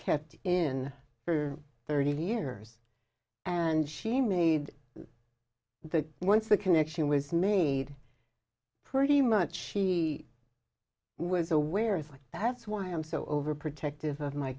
kept in her thirty years and she made the once the connection was made pretty much she was aware of that's why i'm so over protective of my